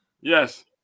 yes